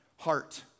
heart